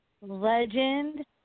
legend